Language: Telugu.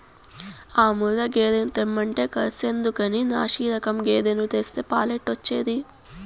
ఆ ముర్రా గేదెను తెమ్మంటే కర్సెందుకని నాశిరకం గేదెను తెస్తే పాలెట్టొచ్చేది